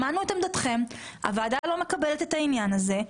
שמענו את עמדתכם, הוועדה לא מקבלת את העניין הזה.